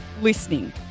listening